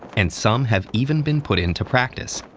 and some have even been put into practice.